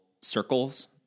circles